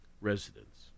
residents